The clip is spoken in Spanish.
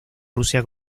rusia